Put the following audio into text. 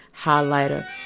highlighter